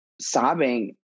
sobbing